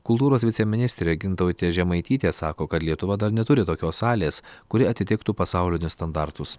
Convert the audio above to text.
kultūros viceministrė gintautė žemaitytė sako kad lietuva dar neturi tokios salės kuri atitiktų pasaulinius standartus